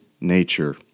nature